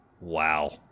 Wow